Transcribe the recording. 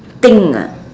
thing ah